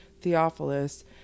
Theophilus